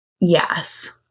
Yes